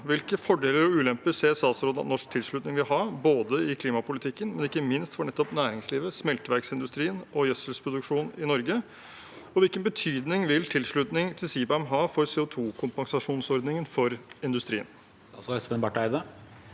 Hvilke fordeler og ulemper ser statsråden at norsk tilslutning vil ha, både i klimapolitikken og ikke minst for nettopp næringslivet, smelteverksindustrien og gjødselproduksjon i Norge? Og hvilken betydning vil tilslutning til CBAM ha for CO2-kompensasjonsordningen for industrien?